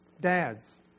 Dads